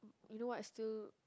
you know why I still